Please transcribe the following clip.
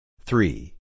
Three